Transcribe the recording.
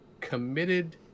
committed